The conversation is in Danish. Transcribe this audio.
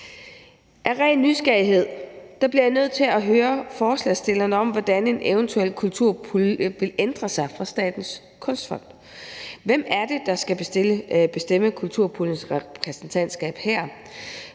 Af ren nysgerrighed bliver jeg nødt til at høre forslagsstillerne, hvordan en eventuel kulturpulje ville være anderledes end Statens Kunstfond. Hvem er det, der skal bestemme kulturpuljens repræsentantskab?